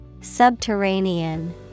Subterranean